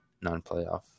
non-playoff